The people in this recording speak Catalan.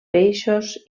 peixos